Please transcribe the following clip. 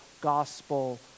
gospel